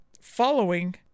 Following